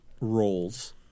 roles